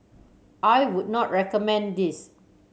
I would not recommend this